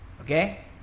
okay